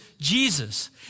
Jesus